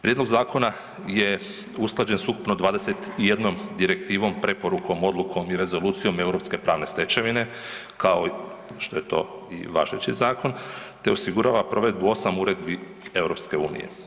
Prijedlog zakona je usklađen s ukupno 21 direktivom, preporukom, odlukom i rezolucijom europske pravne stečevine kao što je to i važeći zakon te osigurava provedbu osam uredbi EU.